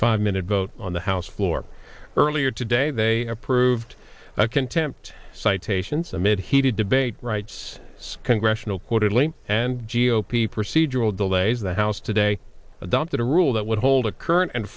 five minute vote on the house floor earlier today they approved a contempt citations amid heated debate writes congressional quarterly and g o p procedural delays the house today adopted a rule that would hold a current and